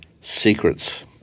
secrets